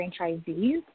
franchisees